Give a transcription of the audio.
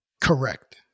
Correct